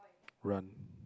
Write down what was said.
run